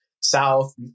South